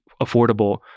affordable